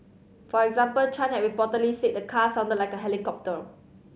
for example Chan had reportedly said the car sounded like a helicopter